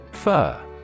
Fur